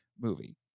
movie